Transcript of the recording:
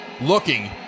looking